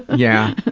yeah.